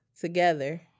together